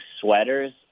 sweaters